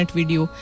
video